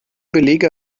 belege